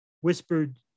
whispered